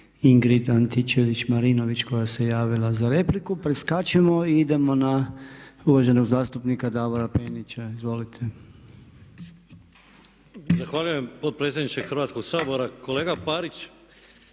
Ingrid Antičević-Marinović koja se javila za repliku. Preskačemo i idemo na uvaženog zastupnika Davora Penića. Izvolite. **Penić, Davor (SDP)** Zahvaljujem potpredsjedniče Hrvatskoga sabora. Kolega Parić,